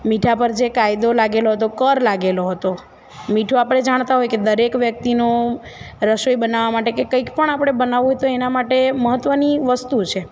મીઠા પર જે કાયદો લાગેલો હતો કર લાગેલો હતો મીઠું આપણે જાણતા હોય કે દરેક વ્યક્તિનો રસોઈ બનાવવા માટે કંઈક પણ આપણે બનાવવું હોય તો એના માટે મહત્વની વસ્તુ છે